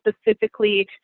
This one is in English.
specifically